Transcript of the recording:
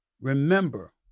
Remember